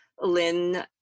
Lynn